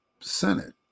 Senate